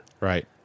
Right